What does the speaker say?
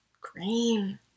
green